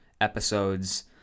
episodes